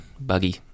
buggy